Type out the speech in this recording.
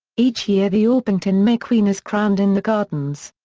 each year the orpington may queen is crowned in the gardens.